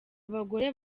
bagore